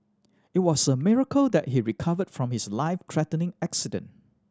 it was a miracle that he recovered from his life threatening accident